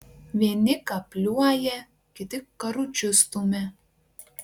vieni kapliuoja kiti karučius stumia